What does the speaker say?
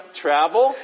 travel